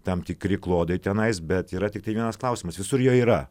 tam tikri klodai tenais bet yra tiktai vienas klausimas visur jo yra